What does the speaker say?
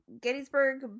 Gettysburg